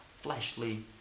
fleshly